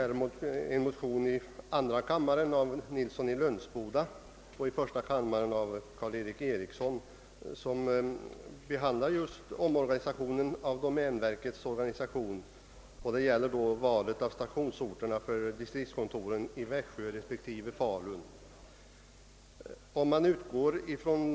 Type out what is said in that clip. I en motion i andra kammaren av herr Nilsson i Lönsboda och i första kammaren av herr Karl-Erik Eriksson behandlas just omorganisationen av domänverket och valet av stationsorter för distriktskontoren i Växjö respektive Falun.